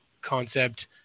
concept